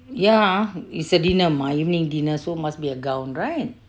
ya it's a dinner mah evening dinner so must be a gown right